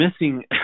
missing